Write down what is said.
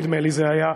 נדמה לי, זה היה,